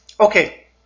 Okay